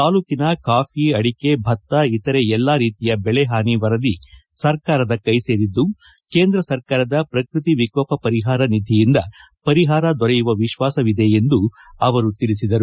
ತಾಲೂಕಿನ ಕಾಫಿ ಅಡಿಕೆ ಭತ್ತ ಇತರೆ ಎಲ್ಲಾ ರೀತಿಯ ಬೆಳೆ ಹಾನಿ ವರದಿ ಸರ್ಕಾರದ ಕೈ ಸೇರಿದ್ದು ಕೇಂದ್ರ ಸರ್ಕಾರದ ಪ್ರಕೃತಿ ವಿಕೋಪ ಪರಿಹಾರ ನಿಧಿಯಿಂದ ಪರಿಹಾರ ದೊರೆಯುವ ವಿಶ್ವಾಸವಿದೆ ಎಂದು ಅವರು ತಿಳಿಸಿದರು